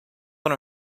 one